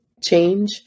change